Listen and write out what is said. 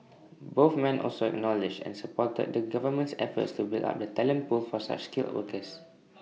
both men also acknowledged and supported the government's efforts to build up the talent pool for such skilled workers